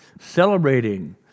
celebrating